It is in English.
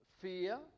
fear